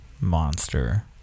Monster